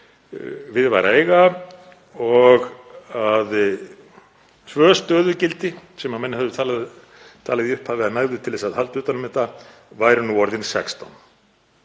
við væri að eiga og að tvö stöðugildi sem menn hefðu talið í upphafi að nægðu til að halda utan um þetta væri nú orðin 16,